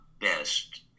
best